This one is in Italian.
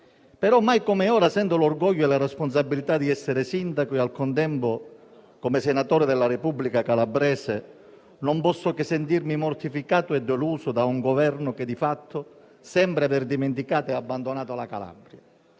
Mai come ora sento l'orgoglio e la responsabilità di essere sindaco e, al contempo, come senatore della Repubblica calabrese, non posso che sentirmi mortificato e deluso da un Governo che, di fatto, sembra aver dimenticato e abbandonato la Calabria,